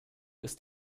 ist